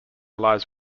lies